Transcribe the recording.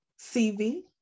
CV